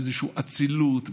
באיזושהי אצילות,